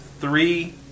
three